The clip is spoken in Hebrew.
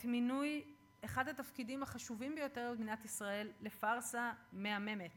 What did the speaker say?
את מינוי אחד התפקידים החשובים ביותר במדינת ישראל לפארסה מהממת.